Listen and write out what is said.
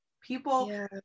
people